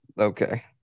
okay